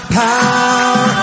power